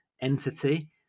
entity